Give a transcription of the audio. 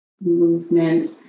movement